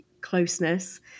closeness